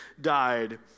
died